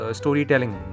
storytelling